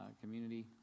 Community